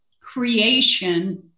creation